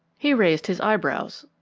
he raised his eyebrows.